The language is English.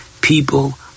people